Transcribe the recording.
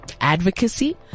advocacy